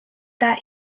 that